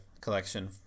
collection